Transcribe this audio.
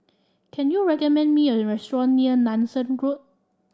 can you recommend me a restaurant near Nanson Road